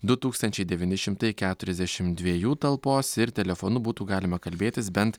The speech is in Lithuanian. du tūkstančiai devyni šimtai keturiasdešimt dviejų talpos ir telefonu būtų galima kalbėtis bent